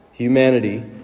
Humanity